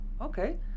okay